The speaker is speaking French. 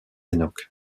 enoch